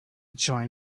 join